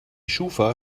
schufa